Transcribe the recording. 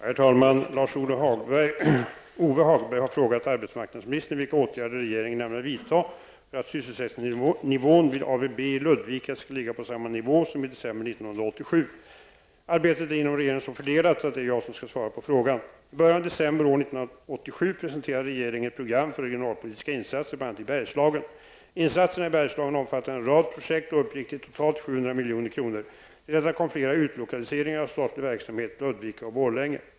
Herr talman! Lars-Ove Hagberg har frågat arbetsmarknadsministern vilka åtgärder regeringen ämnar vidta för att sysselsättningsnivån vid ABB i Ludvika skall ligga på samma nivå som i december 1987. Arbetet inom regeringen är så fördelat att det är jag som skall vara på frågan. I början av december år 1987 presenterade regeringen ett program för regionalpolitiska insatser i bl.a. Bergslagen. Insatserna i Bergslagen omfattade en rad projekt och uppgick till totalt ca 700 milj.kr. Till detta kom flera utlokaliseringar av statlig verksamhet till Ludvika och Borlänge.